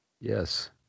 Yes